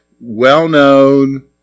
well-known